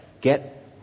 Get